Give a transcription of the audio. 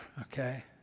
Okay